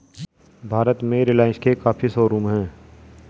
भारत में रिलाइन्स के काफी शोरूम हैं